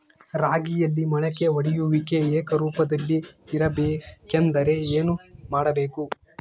ರಾಗಿಯಲ್ಲಿ ಮೊಳಕೆ ಒಡೆಯುವಿಕೆ ಏಕರೂಪದಲ್ಲಿ ಇರಬೇಕೆಂದರೆ ಏನು ಮಾಡಬೇಕು?